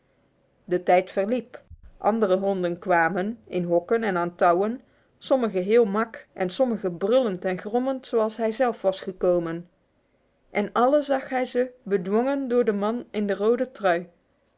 de tijd verliep andere honden kwamen in hokken en aan touwen sommige heel mak en sommige brullend en grommend zoals hij zelf was gekomen en alle zag hij ze bedwongen door den man in de rode trui